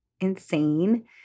insane